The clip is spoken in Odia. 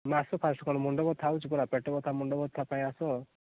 ତୁମେ ଆସ ଫାଷ୍ଟ୍ କ'ଣ ମୁଣ୍ଡ ବଥା ହେଉଛି ପରା ପେଟ ବଥା ମୁଣ୍ଡ ବଥା ପାଇଁ ଆସ